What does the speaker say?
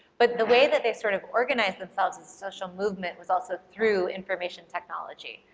but the way that they sort of organized themselves as a social movement was also through information technology.